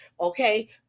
okay